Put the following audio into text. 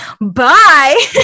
Bye